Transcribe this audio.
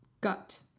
gut